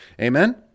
Amen